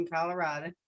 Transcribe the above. Colorado